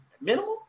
minimum